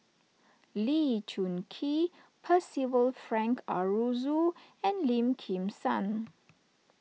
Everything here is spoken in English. Lee Choon Kee Percival Frank Aroozoo and Lim Kim San